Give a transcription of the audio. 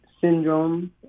Syndrome